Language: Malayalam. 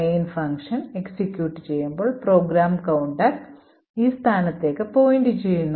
main ഫംഗ്ഷൻ എക്സിക്യൂട്ട് ചെയ്യുമ്പോൾ പ്രോഗ്രാം കൌണ്ടർ ഈ സ്ഥാനത്തേക്ക് പോയിന്റുചെയ്യുന്നു